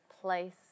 place